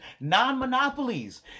Non-monopolies